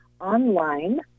online